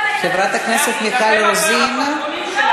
חברת הכנסת יעל גרמן, בבקשה.